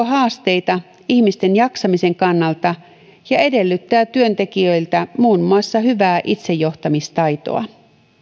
haasteita ihmisten jaksamisen kannalta ja edellyttävät työntekijöiltä muun muassa hyvää itsejohtamistaitoa